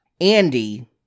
Andy